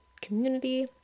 community